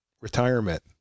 retirement